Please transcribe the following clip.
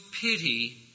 pity